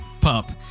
pup